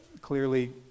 clearly